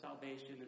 salvation